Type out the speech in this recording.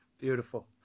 beautiful